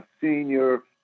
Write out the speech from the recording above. senior